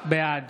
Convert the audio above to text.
בעד